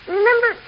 Remember